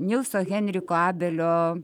nilso henriko abelio